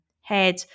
head